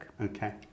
okay